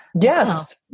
Yes